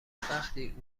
وقتی